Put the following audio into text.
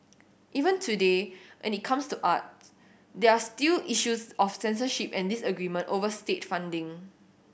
even today when it comes to arts there are still issues of censorship and disagreement over state funding